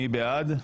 מי בעד?